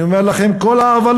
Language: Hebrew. אני אומר לכם: כל העוולות